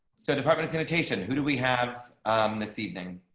so departments invitation. who do we have this evening.